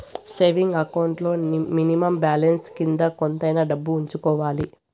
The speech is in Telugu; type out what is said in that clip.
సేవింగ్ అకౌంట్ లో మినిమం బ్యాలెన్స్ కింద కొంతైనా డబ్బు ఉంచుకోవాలి